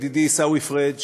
ידידי עיסאווי פריג',